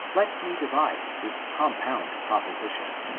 let me divide this compound proposition.